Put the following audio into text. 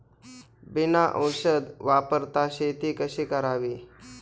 बिना औषध वापरता शेती कशी करावी?